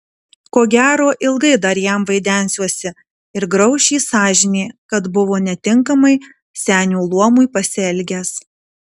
ko gero ilgai dar jam vaidensiuosi ir grauš jį sąžinė kad buvo netinkamai senio luomui pasielgęs